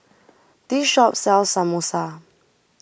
this shop sells Samosa